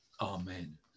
amen